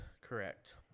Correct